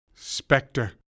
Spectre